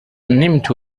نمت